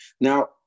Now